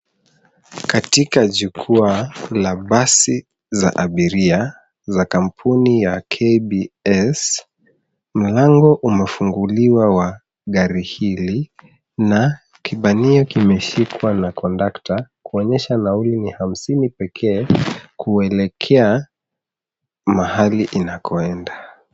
Katika jukwa la basi za abiria za kampuni ya KBS, mlango umefunguliwa wa gari hili na kibanio kimeshikwa na kondakta kuonyesha nauli ni hamsini pekee kuelekea mahali inakoenda.